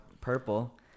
purple